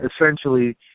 essentially